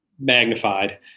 magnified